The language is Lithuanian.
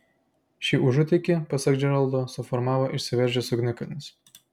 šį užutėkį pasak džeraldo suformavo išsiveržęs ugnikalnis